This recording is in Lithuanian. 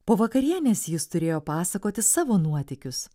po vakarienės jis turėjo pasakoti savo nuotykius